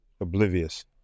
Oblivious